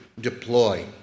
deploy